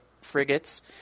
frigates